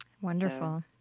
Wonderful